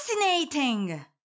fascinating